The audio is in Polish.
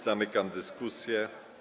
Zamykam dyskusję.